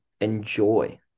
enjoy